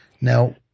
Now